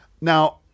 now